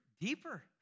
deeper